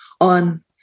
on